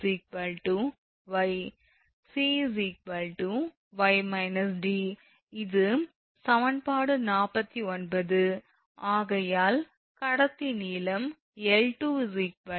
𝑐 𝑦 − 𝑑 இது சமன்பாடு 49 ஆகையால் கடத்தி நீளம் 𝑙2 𝑠 என்று தெரியும்